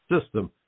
system